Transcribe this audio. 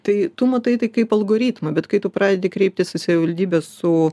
tai tu matai tai kaip algoritmų bet kai tu pradedi kreiptis į savivaldybę su